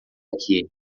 aqui